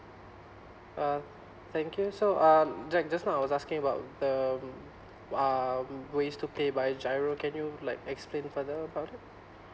uh thank you so um like just now I was asking about the um um ways to pay by GIRO can you like explain further about it